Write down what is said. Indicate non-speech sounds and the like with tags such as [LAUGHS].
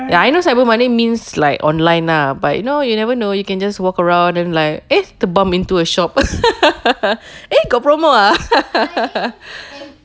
ya I know cyber money means like online lah but you know you never know you can just walk around and like eh terbump into a shop [LAUGHS] eh got promo ah [LAUGHS]